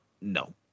No